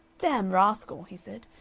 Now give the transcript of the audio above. damned rascal! he said.